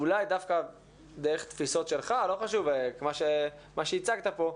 ואולי דווקא דרך תפיסות שלך, מה שהצגת פה,